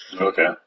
Okay